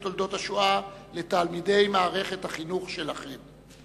תולדות השואה לתלמידי מערכת החינוך שלכם.